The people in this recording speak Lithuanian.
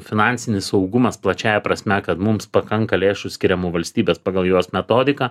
finansinis saugumas plačiąja prasme kad mums pakanka lėšų skiriamų valstybės pagal jos metodika